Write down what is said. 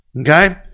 okay